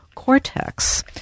Cortex